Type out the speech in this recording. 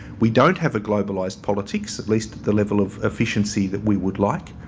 we don't have a globalised politics at least the level of efficiency that we would like.